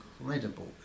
incredible